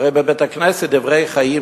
הרי בבית-הכנסת "דברי חיים",